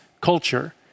culture